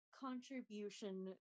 contribution